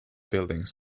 buildings